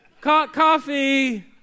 coffee